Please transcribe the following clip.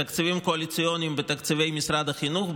תקציבים קואליציוניים בתקציבי משרד החינוך,